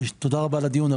תודה רבה על הדיון.